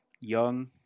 young